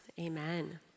amen